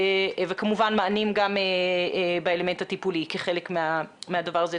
וכמובן מענים גם באלמנט הטיפולי כחלק מהדבר הזה.